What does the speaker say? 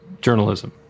journalism